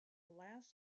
last